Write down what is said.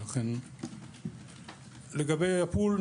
לגבי הפול,